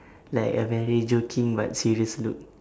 like a very joking but serious look